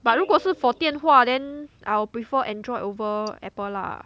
but 如果是 for 电话 then I'll prefer android over apple lah